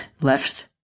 left